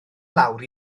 lawr